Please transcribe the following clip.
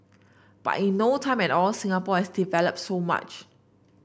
but in no time at all Singapore has developed so much